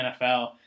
NFL